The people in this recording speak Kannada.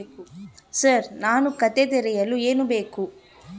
ಸರ್ ನಾನು ಖಾತೆ ತೆರೆಯಲು ಏನು ಬೇಕು?